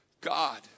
God